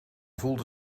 voelde